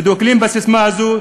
ודוגלים בססמה הזו,